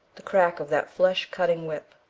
the crack of that flesh-cutting whip.